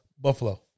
Buffalo